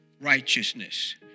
righteousness